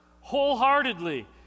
wholeheartedly